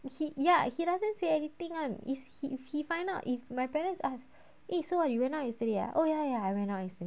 and he ya he doesn't say anything one if he if he find out if my parents ask eh so you went out yesterday ah oh ya ya I went out yesterday